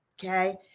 Okay